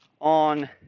on